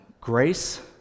grace